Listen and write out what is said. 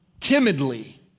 timidly